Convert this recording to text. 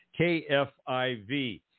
KFIV